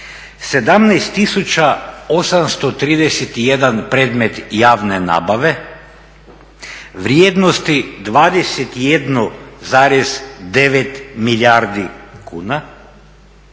17 831 predmet javne nabave vrijednosti 21,9 milijardi kuna